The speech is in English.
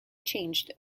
changed